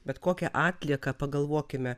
bet kokią atlieką pagalvokime